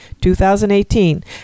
2018